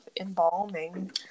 embalming